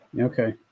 Okay